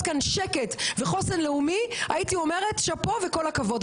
כאן שקט וחוסן לאומי הייתי אומרת שאפו וכל הכבוד.